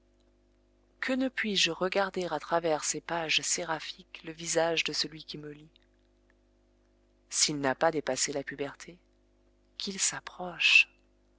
que ne puis-je regarder à travers ces pages séraphiques le visage de celui qui me lit s'il n'a pas dépassé la puberté qu'il s'approche